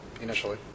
initially